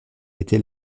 était